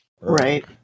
right